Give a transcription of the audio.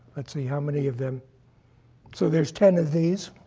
let's see, how many of them so there's ten of these.